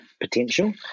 potential